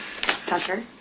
Tucker